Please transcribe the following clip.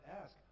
ask